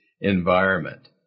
environment